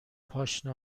پاشنه